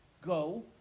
Go